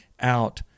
out